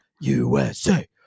USA